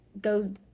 go